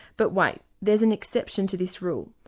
but wait there's an exception to this rule.